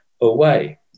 away